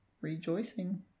rejoicing